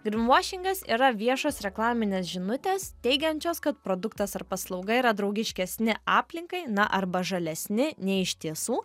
grinvošingas yra viešos reklaminės žinutės teigiančios kad produktas ar paslauga yra draugiškesni aplinkai na arba žalesni nei iš tiesų